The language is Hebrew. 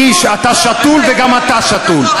קיש, אתה שתול, וגם אתה שתול.